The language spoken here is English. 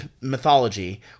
mythology